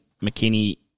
McKinney